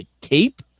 cape